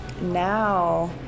Now